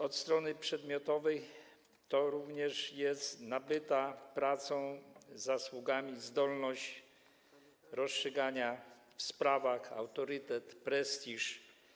Od strony przedmiotowej to również nabyta pracą, zasługami zdolność rozstrzygania w sprawach, autorytet, prestiż.